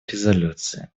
резолюции